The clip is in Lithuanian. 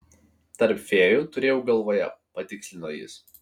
tarp fėjų turėjau galvoje patikslino jis